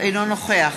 אינו נוכח